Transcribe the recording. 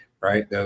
right